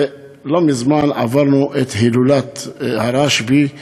לא מזמן עברנו את הילולת הרשב"י במירון,